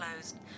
closed